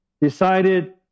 decided